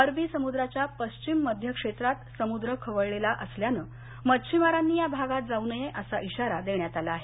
अरबी समुद्राच्या पश्चिम मध्य क्षेत्रात समुद्र खवळलेला असल्यानं मच्छीमारांनी या भागात जाऊ नये असा इशारा देण्यात आला आहे